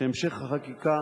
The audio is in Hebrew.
שהמשך החקיקה